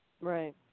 Right